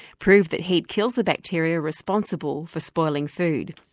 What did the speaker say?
proved that heat kills the bacteria responsible for spoiling food.